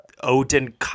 Odin